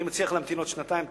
אני מציע לך להמתין עוד שנתיים,